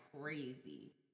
crazy